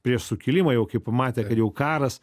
prieš sukilimą jau kai pamatė kad jau karas